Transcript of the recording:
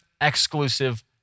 exclusive